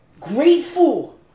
grateful